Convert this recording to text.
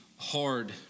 hard